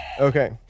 Okay